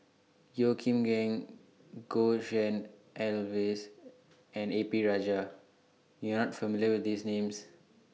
Yeo Kim Seng Goh Tshin En Sylvia and A P Rajah YOU Are not familiar with These Names